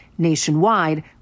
Nationwide